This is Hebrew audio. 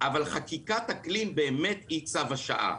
אבל חקיקת אקלים היא באמת צו השעה.